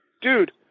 Dude